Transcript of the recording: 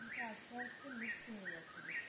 এটা আস্তে আস্তে লুপ্ত হয়ে যাচ্ছে দেশে